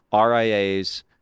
RIAs